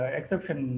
exception